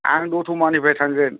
आं दथ'मानिफ्राय थांगोन